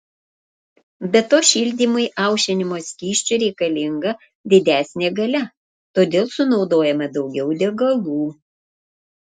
be to šildymui aušinimo skysčiu reikalinga didesnė galia todėl sunaudojama daugiau degalų